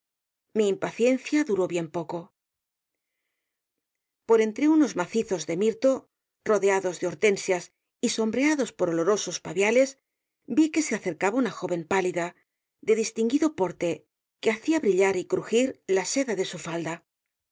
mi impaciencia duró bien poco por entre unos macizos de mirto rodeados de hortensias y sombreados por olorosos paviales vi que se acercaba una joven pálida de distinguido porte que hacía brillar y crujir la seda de su falda